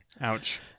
Ouch